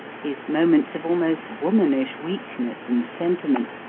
his moments of almost womanish weakness and sentiment,